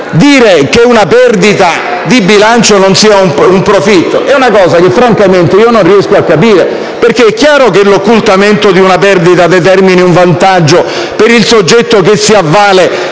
che in una perdita di bilancio non c'è un profitto è una cosa che francamente non riesco a capire, perché è chiaro che l'occultamento di una perdita determini un vantaggio per il soggetto che si avvale